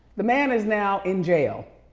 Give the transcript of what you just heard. the man is now in jail.